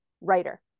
writer